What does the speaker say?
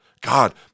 God